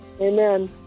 Amen